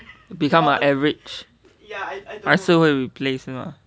become A average 还是会 replace 是吗